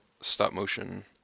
stop-motion